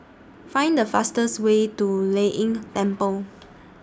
Find The fastest Way to Lei Yin Temple